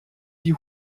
die